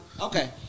Okay